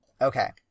Okay